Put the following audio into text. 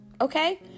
Okay